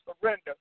surrender